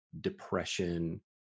depression